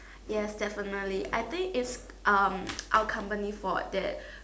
yes definitely I think is um our company fault that